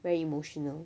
very emotional